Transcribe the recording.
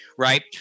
Right